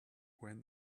when